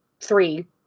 three